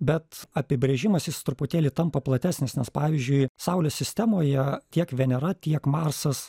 bet apibrėžimas jis truputėlį tampa platesnis nes pavyzdžiui saulės sistemoje tiek venera tiek marsas